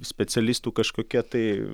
specialistų kažkokia tai